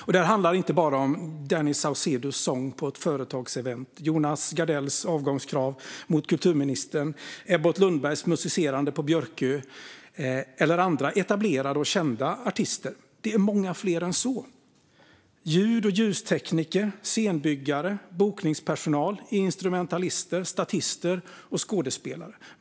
Detta handlar inte bara om Danny Saucedos sång på ett företagsevent, Jonas Gardells avgångskrav på kulturministern, Ebbot Lundbergs musicerande på Björkö eller om andra etablerade och kända artister. Det handlar om många fler än så. Det handlar också om ljud och ljustekniker, scenbyggare, bokningspersonal, instrumentalister, statister och skådespelare.